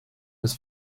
ist